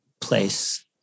place